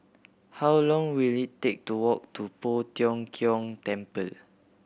how long will it take to walk to Poh Tiong Kiong Temple